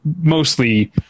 mostly